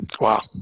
Wow